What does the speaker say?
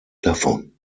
davon